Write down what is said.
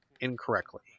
incorrectly